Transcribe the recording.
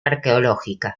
arqueológica